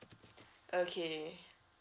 okay